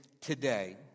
today